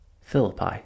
Philippi